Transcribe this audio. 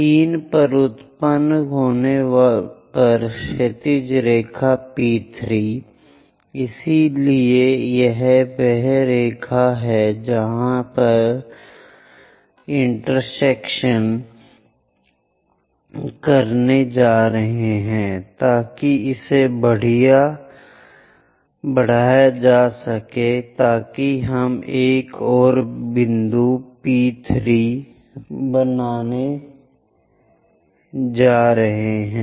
3 पर उत्पन्न होने पर क्षैतिज रेखा P3 इसलिए यह वह रेखा है जहां यह इंटेरसेक्टिंग करने जा रहा है ताकि इसे बढ़ाया जा सके ताकि हम एक और बिंदु P3 बनाने जा रहे हैं